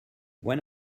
when